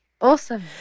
Awesome